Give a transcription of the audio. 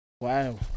Wow